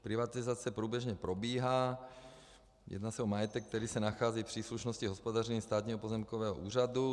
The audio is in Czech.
Privatizace průběžně probíhá, jedná se o majetek, který se nachází v příslušnosti hospodaření Státního pozemkového úřadu.